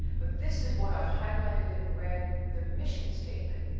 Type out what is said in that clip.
but this is what i've highlighted in red, the mission statement.